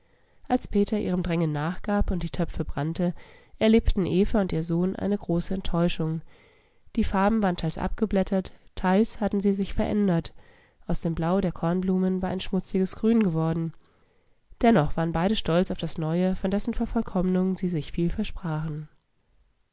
als peter ihrem drängen nachgab und die töpfe brannte erlebten eva und ihr sohn eine große enttäuschung die farben waren teils abgeblättert teils hatten sie sich verändert aus dem blau der kornblumen war ein schmutziges grün geworden dennoch waren beide stolz auf das neue von dessen vervollkommnung sie sich viel versprachen